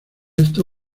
esto